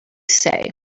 say